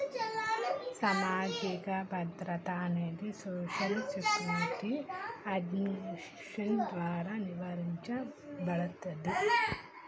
సామాజిక భద్రత అనేది సోషల్ సెక్యూరిటీ అడ్మినిస్ట్రేషన్ ద్వారా నిర్వహించబడతాంది